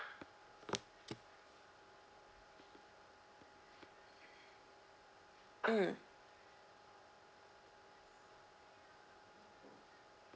hmm